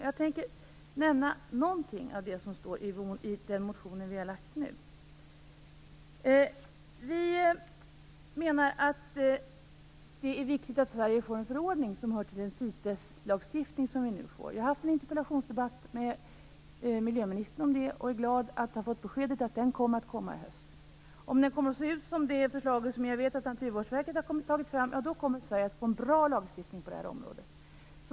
Jag tänker nämna någonting om det som står i den motion som vi har väckt nu. Jag har haft en interpellationsdebatt med miljöministern om det och är glad över att ha fått beskedet att den kommer i höst.